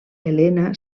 elena